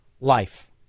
life